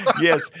Yes